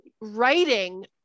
writing